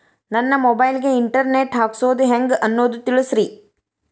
ನನ್ನ ಮೊಬೈಲ್ ಗೆ internet ಹಾಕ್ಸೋದು ಹೆಂಗ್ ಅನ್ನೋದು ತಿಳಸ್ರಿ